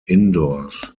indoors